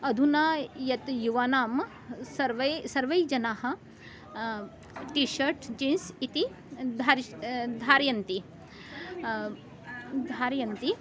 अधुना यत् युवानां सर्वै सर्वेजनाः टी शर्ट् जीन्स् इति धारयति धारयन्ति धारयन्ति